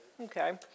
okay